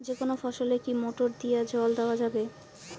যেকোনো ফসলে কি মোটর দিয়া জল দেওয়া যাবে?